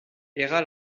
era